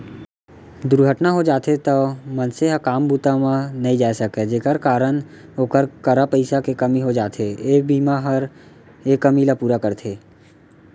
दुरघटना हो जाथे तौ मनसे ह काम बूता म नइ जाय सकय जेकर कारन ओकर करा पइसा के कमी हो जाथे, ए बीमा हर ए कमी ल पूरा करथे